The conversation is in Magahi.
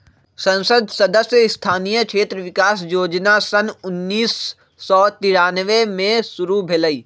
संसद सदस्य स्थानीय क्षेत्र विकास जोजना सन उन्नीस सौ तिरानमें में शुरु भेलई